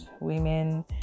women